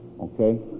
okay